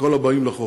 לכל הבאים לחוף.